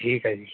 ਠੀਕ ਹੈ ਜੀ